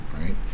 right